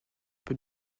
peu